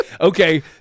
Okay